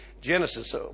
Genesis